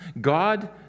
God